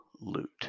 loot